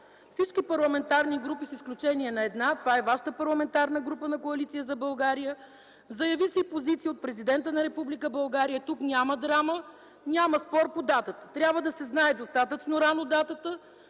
всички парламентарни групи, с изключение на една – това е вашата парламентарна група, на Коалиция за България. Заяви се и позиция от Президента на Република България. Тук няма драма, няма спор по датата. Датата трябва да се знае достатъчно рано, защото